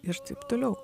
ir taip toliau